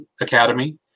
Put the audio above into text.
academy